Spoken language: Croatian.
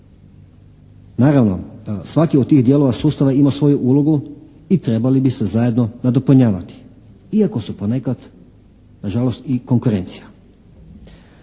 Naravno da svaki od tih dijelova sustava ima svoju ulogu i trebali bi se zajedno nadopunjavati iako su ponekad na žalost i konkurencija.